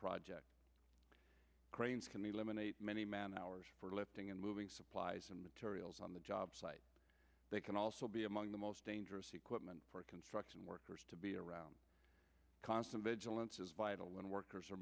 cranes can be laminated many man hours for lifting and moving supplies and materials on the job site they can also be among the most dangerous equipment for construction workers to be around constant vigilance is vital when workers are